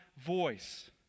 voice